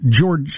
George